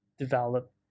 Develop